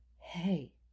Hey